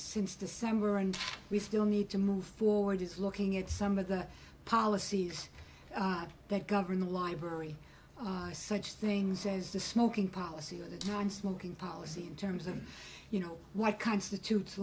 since december and we still need to move forward is looking at some of the policies that govern the library such things as the smoking policy or the non smoking policy in terms of you know why constitutes